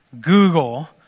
Google